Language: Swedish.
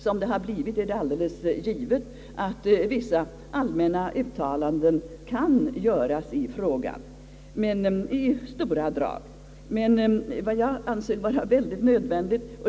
Som det har blivit är det alldeles givet att här i riksdagen vissa allmänna uttalanden i stora drag kan göras i frågan.